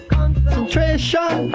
Concentration